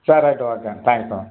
சேரி right okay தேங்க்ஸ்ங்க